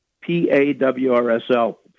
p-a-w-r-s-l